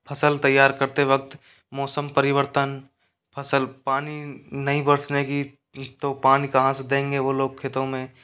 फ़सल तैयार करते वक्त मौसम परिवर्तन फ़सल पानी नहीं बरसने की तो पानी कहां से देंगे वो लोग खेतों में